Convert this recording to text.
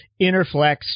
Interflex